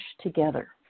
together